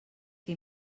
que